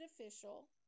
official